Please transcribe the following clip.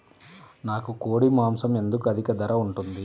నాకు కోడి మాసం ఎందుకు అధిక ధర ఉంటుంది?